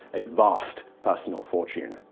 a vast personal fortune.